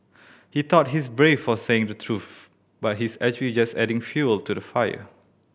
he thought he's brave for saying the truth but he's actually just adding fuel to the fire